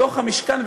בתוך המשכן,